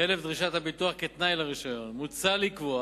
חלף דרישת הביטוח כתנאי לרשיון, מוצע לקבוע